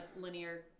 linear